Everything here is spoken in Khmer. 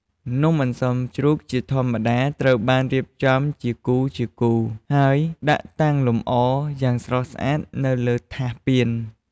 នំអន្សមជ្រូក ជាធម្មតាត្រូវបានរៀបចំជាគូរៗ ហើយដាក់តាំងលម្អយ៉ាងស្រស់ស្អាតនៅលើថាសពាន។